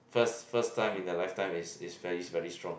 first first time in the life time is is very very strong